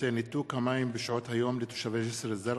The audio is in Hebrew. אדרי בנושא: ניתוק המים בשעות היום לתושבי ג'סר-א-זרקא.